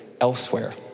elsewhere